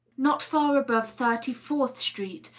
not fiir above thirty fourth street,